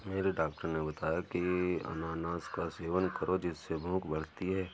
मेरे डॉक्टर ने बताया की अनानास का सेवन करो जिससे भूख बढ़ती है